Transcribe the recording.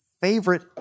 favorite